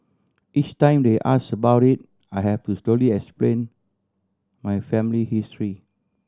each time they ask about it I have to slowly explain my family history